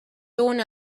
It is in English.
join